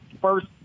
first